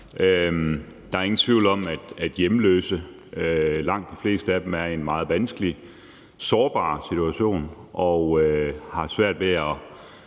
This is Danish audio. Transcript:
Der er ingen tvivl om, at langt de fleste hjemløse er i en meget vanskelig og sårbar situation, og de har svært ved at